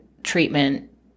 Treatment